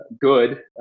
good